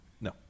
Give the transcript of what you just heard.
No